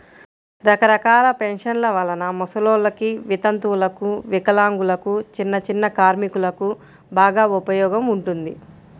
రకరకాల పెన్షన్ల వలన ముసలోల్లకి, వితంతువులకు, వికలాంగులకు, చిన్నచిన్న కార్మికులకు బాగా ఉపయోగం ఉంటుంది